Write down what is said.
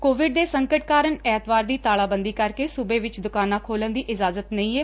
Covid ਦੇ ਸੰਕਟ ਕਾਰਨ ਐਤਵਾਰ ਦੀ ਤਾਲਾਬੰਦੀ ਕਰਕੇ ਸੁਬੇ ਵਿੱਚ ਦੁਕਾਨਾਂ ਖੋਲੁਣ ਦੀ ਇਜ਼ਾਜਤ ਨਹੀ ਏ